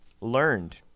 learned